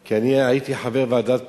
כי אני הייתי חבר ועדת "פרזות",